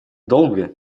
долго